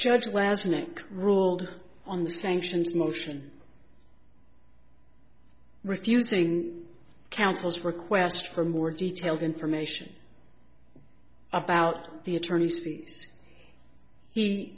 judge well as nick ruled on the sanctions motion refusing council's request for more detailed information about the attorneys